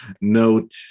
note